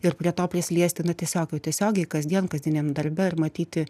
ir prie to prisiliesti na tiesiog jau tiesiogiai kasdien kasdieniam darbe ir matyti